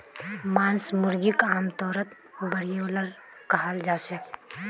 मांस मुर्गीक आमतौरत ब्रॉयलर कहाल जाछेक